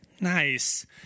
Nice